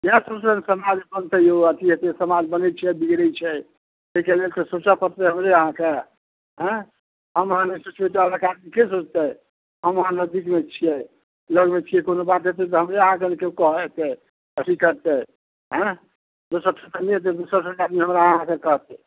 किए दोसर समाज बनतै यौ अथी हेतै समाज बनै छै बिगड़ै छै ताहिके लेल तऽ सोचऽ पड़तै हमरे अहाँक हेँ हम अहाँ नहि सोचबै तऽ अलग आदमीके सोचतै हम अहाँ नजदीकमे छियै लग मऽ छियै कुनो बात हेतै तऽ हमरे अहाँक कऽ नऽ कियो कहऽ एतै अथी करतै हेँ सभसँ पहिले एतै जे हमरा अहाँक कहतै